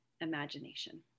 imagination